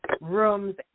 rooms